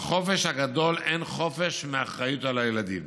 1. בחופש הגדול אין חופש מאחריות על הילדים.